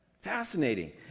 Fascinating